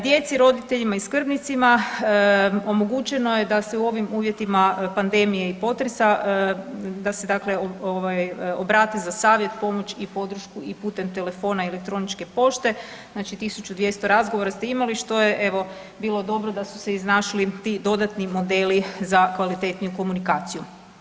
Djeci, roditeljima i skrbnicima omogućeno je da se u ovim uvjetima pandemije i potresa da se obrate za savjet, pomoć i podršku i putem telefona, elektroničke pošte znači tisuću 200 razgovora ste imali što je evo bilo dobro da su se iznašli ti dodatni modeli za kvalitetniju komunikaciju.